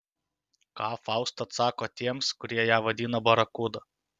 ką fausta atsako tiems kurie ją vadina barakuda